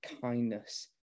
kindness